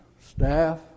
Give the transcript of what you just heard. staff